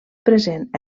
present